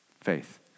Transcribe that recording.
Faith